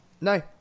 No